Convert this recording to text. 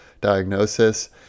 diagnosis